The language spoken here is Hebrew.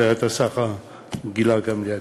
הגברת השרה גילה גמליאל.